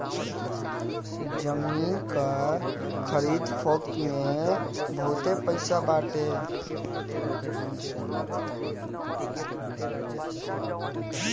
जमीन कअ खरीद फोक्त में बहुते पईसा बाटे